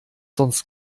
sonst